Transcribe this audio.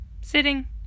sitting